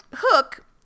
hook